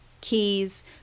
keys